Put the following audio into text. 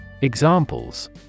Examples